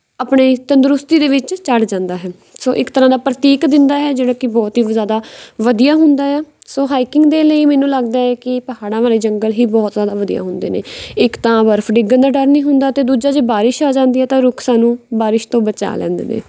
ਆਪਣੇ ਤੰਦਰੁਸਤੀ ਦੇ ਵਿੱਚ ਚੜ ਜਾਂਦਾ ਹੈ ਸੋ ਇੱਕ ਤਰ੍ਹਾਂ ਦਾ ਪ੍ਰਤੀਕ ਦਿੰਦਾ ਹੈ ਜਿਹੜਾ ਕਿ ਬਹੁਤ ਹੀ ਜ਼ਿਆਦਾ ਵਧੀਆ ਹੁੰਦਾ ਆ ਸੋ ਹਾਈਕਿੰਗ ਦੇ ਲਈ ਮੈਨੂੰ ਲੱਗਦਾ ਹੈ ਕਿ ਪਹਾੜਾਂ ਵਾਲੇ ਜੰਗਲ ਹੀ ਬਹੁਤ ਜ਼ਿਆਦਾ ਵਧੀਆ ਹੁੰਦੇ ਨੇ ਇੱਕ ਤਾਂ ਬਰਫ਼ ਡਿੱਗਣ ਦਾ ਡਰ ਨਹੀਂ ਹੁੰਦਾ ਅਤੇ ਦੂਜਾ ਜੇ ਬਾਰਿਸ਼ ਆ ਜਾਂਦੀ ਹੈ ਤਾਂ ਰੁੱਖ ਸਾਨੂੰ ਬਾਰਿਸ਼ ਤੋਂ ਬਚਾ ਲੈਂਦੇ ਨੇ